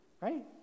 right